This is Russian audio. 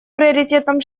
приоритетом